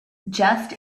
just